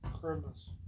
Christmas